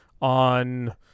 on